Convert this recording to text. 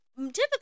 Typically